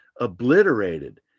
obliterated